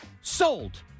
Sold